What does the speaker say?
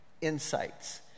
insights